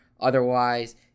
Otherwise